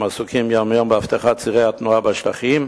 הם עסוקים יום-יום באבטחת צירי התנועה בשטחים,